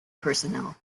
personnel